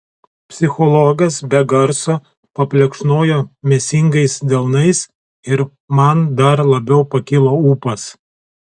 psichologas be garso paplekšnojo mėsingais delnais ir man dar labiau pakilo ūpas